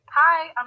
Hi